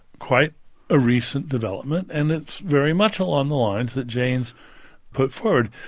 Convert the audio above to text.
quite a recent development, and it's very much along the lines that jaynes put forward.